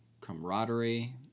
camaraderie